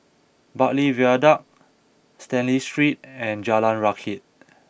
Bartley Viaduct Stanley Street and Jalan Rakit